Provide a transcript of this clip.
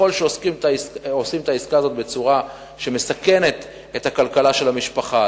ככל שעושים את העסקה הזאת בצורה שמסכנת את הכלכלה של המשפחה,